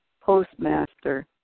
postmaster